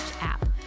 app